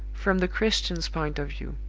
from the christian's point of view.